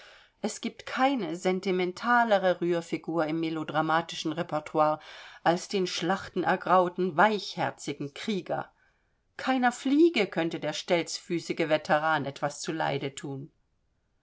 es giebt keine sentimentalere rührfigur im melodramatischen repertoir als den schlachtenergrauten weichherzigen krieger keiner fliege könnte der stelzfüßige veteran etwas zu leide thun